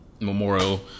memorial